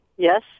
Yes